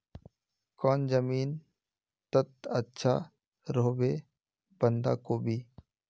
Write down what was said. कौन जमीन टत अच्छा रोहबे बंधाकोबी?